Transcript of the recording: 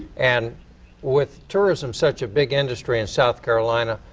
and with tourism such a big industry in south carolina,